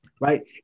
Right